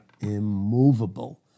immovable